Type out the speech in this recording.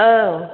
औ